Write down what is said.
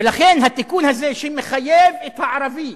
ולכן, התיקון הזה, שמחייב את הערבי,